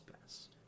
best